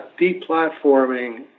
deplatforming